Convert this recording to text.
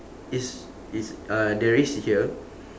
is is uh there is here